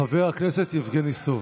חבר הכנסת יבגני סובה.